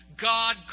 God